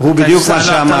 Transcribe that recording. והוא בדיוק מה שאמרתי.